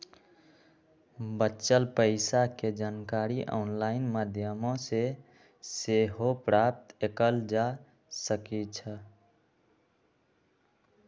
बच्चल पइसा के जानकारी ऑनलाइन माध्यमों से सेहो प्राप्त कएल जा सकैछइ